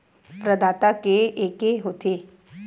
प्रदाता बैंक के एके होथे?